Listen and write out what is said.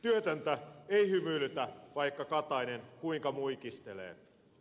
työtöntä ei hymyilytä vaikka katainen kuinka muikistelee